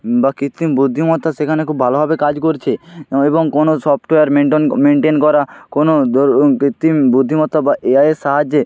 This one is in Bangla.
বা কৃত্রিম বুদ্ধিমত্তা সেখানে খুব ভালোভাবে কাজ করছে এবং কোনো সফটওয়্যার মেনটন মেনটেন করা কোনো দর কৃত্রিম বুদ্ধিমত্তা বা এআইয়ের সাহায্যে